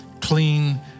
clean